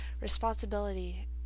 responsibility